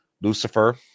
Lucifer